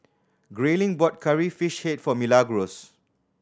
Grayling bought Curry Fish Head for Milagros